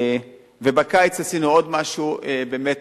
בקיץ עשינו עוד משהו באמת